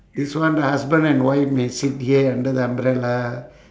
this one the husband and wife may sit here under the umbrella